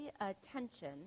attention